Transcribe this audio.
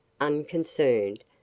unconcerned